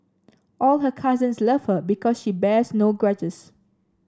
all her cousins love her because she bears no grudges